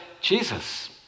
Jesus